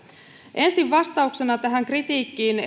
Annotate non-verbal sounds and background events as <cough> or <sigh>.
ensin vastauksena edustaja zyskowiczille kritiikkiin <unintelligible>